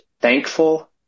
thankful